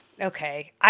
Okay